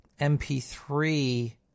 MP3